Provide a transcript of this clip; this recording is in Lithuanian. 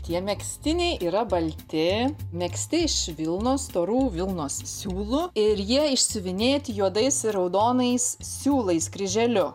tie megztiniai yra balti megzti iš vilnos storų vilnos siūlų ir jie išsiuvinėti juodais ir raudonais siūlais kryželiu